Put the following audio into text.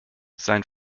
sein